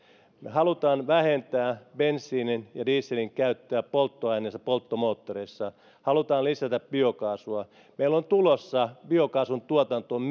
haluamme vähentää bensiinin ja dieselin käyttöä polttoaineissa ja polttomoottoreissa ja haluamme lisätä biokaasua meillä on tulossa biokaasun tuotantoon